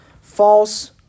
false